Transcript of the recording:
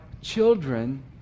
children